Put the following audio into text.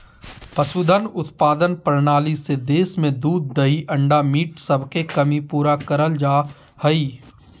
पशुधन उत्पादन प्रणाली से देश में दूध दही अंडा मीट सबके कमी पूरा करल जा हई